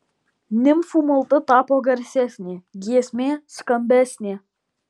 nimfų malda tapo garsesnė giesmė skambesnė